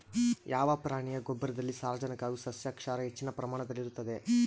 ಯಾವ ಪ್ರಾಣಿಯ ಗೊಬ್ಬರದಲ್ಲಿ ಸಾರಜನಕ ಹಾಗೂ ಸಸ್ಯಕ್ಷಾರ ಹೆಚ್ಚಿನ ಪ್ರಮಾಣದಲ್ಲಿರುತ್ತದೆ?